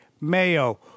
Mayo